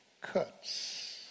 cuts